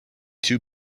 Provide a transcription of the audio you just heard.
two